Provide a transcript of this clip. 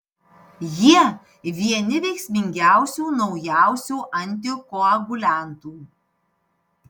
jie vieni veiksmingiausių naujausių antikoaguliantų